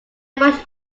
much